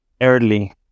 early